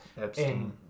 Epstein